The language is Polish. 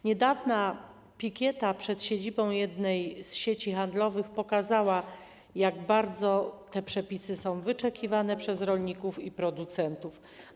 Niedawna pikieta przed siedzibą jednej z sieci handlowych pokazała, jak bardzo te przepisy są wyczekiwane przez rolników i producentów.